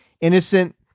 innocent